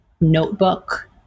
notebook